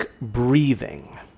breathing